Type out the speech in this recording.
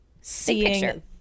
seeing